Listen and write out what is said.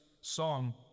song